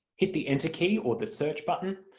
hit the enter key or the search button,